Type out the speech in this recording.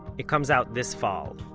it comes out this fall,